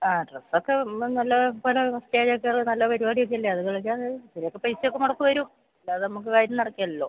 ആ ഡ്രസ്സൊക്ക ഒന്ന് നല്ലത് പോലെ സ്റ്റേജിൽ കയറി നല്ല പരിപാടി ഒക്കെ അല്ലേ അത് കളിക്കാതെ ഇതിനൊക്കെ പൈസയൊക്കെ മുടക്ക് വരും അല്ലാതെ നമുക്ക് കാര്യം നടക്കുകയില്ലല്ലൊ